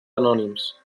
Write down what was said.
anònims